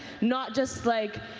not just like,